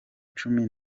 cumi